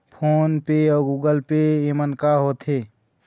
Phone पे अउ Google Pay येमन का होते?